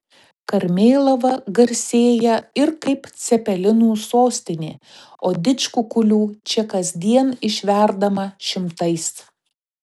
karmėlava garsėja ir kaip cepelinų sostinė o didžkukulių čia kasdien išverdama šimtais